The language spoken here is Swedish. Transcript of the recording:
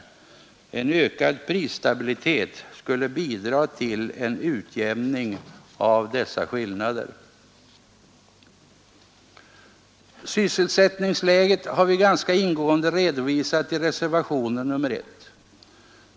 En ökad prisstabilitet skulle bidra till en utjämning av dessa skillnader Sysselsättningsläget har vi ganska ingående redovisat i reservationen 1.